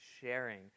sharing